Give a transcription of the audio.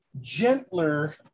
gentler